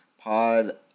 pod